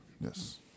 Yes